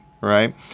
right